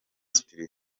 cyprien